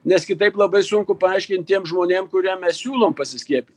nes kitaip labai sunku paaiškint tiem žmonėm kuriem mes siūlom pasiskiepyti